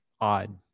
odd